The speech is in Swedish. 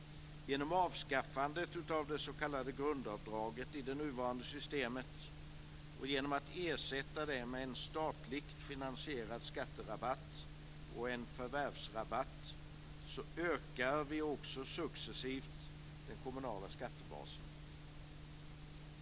Genom avskaffandet av det s.k. grundavdraget i det nuvarande systemet och genom att ersätta det med en statligt finansierad skatterabatt och en förvärvsrabatt ökar vi också successivt den kommunala skattebasen.